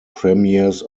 premieres